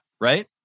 right